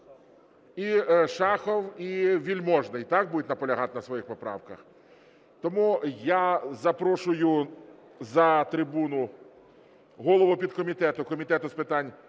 І Шахов, і Вельможний, так, будуть наполягати на своїх поправках? Тому я запрошую на трибуну голову підкомітету Комітету з питань